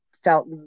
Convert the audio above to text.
felt